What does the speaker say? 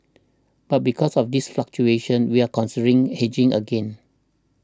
but because of these fluctuations we are considering hedging again